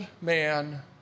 man